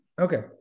okay